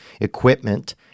equipment